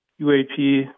UAP